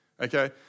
Okay